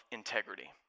integrity